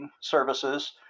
services